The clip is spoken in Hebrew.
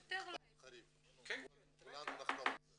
מכתב חריף וכולנו נחתום על זה.